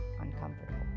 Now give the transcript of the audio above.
uncomfortable